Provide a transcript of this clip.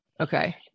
Okay